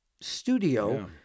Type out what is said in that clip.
studio